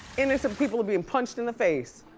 innocent people are bein' punched in the face.